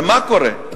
ומה קורה?